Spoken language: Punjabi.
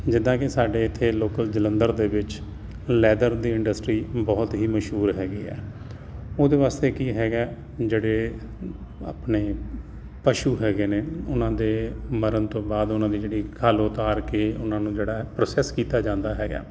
ਜਿੱਦਾਂ ਕਿ ਸਾਡੇ ਇੱਥੇ ਲੋਕਲ ਜਲੰਧਰ ਦੇ ਵਿੱਚ ਲੈਦਰ ਦੀ ਇੰਡਸਟਰੀ ਬਹੁਤ ਹੀ ਮਸ਼ਹੂਰ ਹੈਗੀ ਹੈ ਉਹਦੇ ਵਾਸਤੇ ਕੀ ਹੈਗਾ ਜਿਹੜੇ ਆਪਣੇ ਪਸ਼ੂ ਹੈਗੇ ਨੇ ਉਹਨਾਂ ਦੇ ਮਰਨ ਤੋਂ ਬਾਅਦ ਉਹਨਾਂ ਦੀ ਜਿਹੜੀ ਖੱਲ੍ਹ ਉਤਾਰ ਕੇ ਉਹਨਾਂ ਨੂੰ ਜਿਹੜਾ ਹੈ ਪ੍ਰੋਸੈਸ ਕੀਤਾ ਜਾਂਦਾ ਹੈਗਾ